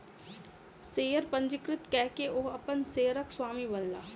share पंजीकृत कय के ओ अपन शेयरक स्वामी बनला